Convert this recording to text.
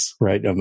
right